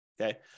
Okay